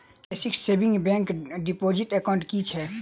Basic savings bank deposit account की छैक?